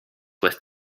with